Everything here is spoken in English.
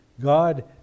God